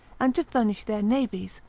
and to furnish their navies,